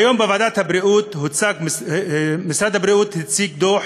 והיום בוועדת הבריאות הציג משרד הבריאות דוח,